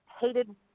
hated